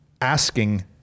asking